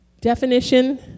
definition